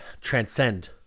transcend